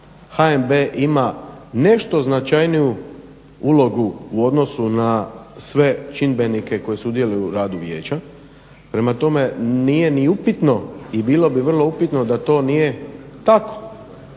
HNB ima nešto značajniju ulogu u odnosu na sve čimbenike koji sudjeluju u radu vijeća. Prema tome, nije ni upitno i bilo bi vrlo upitno da to nije tako.